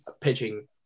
pitching